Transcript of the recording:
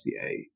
SBA